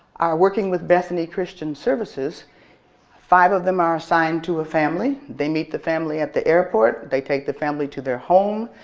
are working with bethany christian services five of them are assigned to a family. they meet the family at the airport. they take the family to their home,